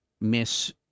Miss